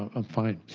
i'm fine.